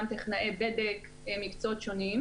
גם טכנאי בדק ועוד מקצועות שונים.